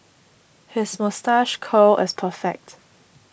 his moustache curl is perfect